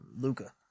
Luca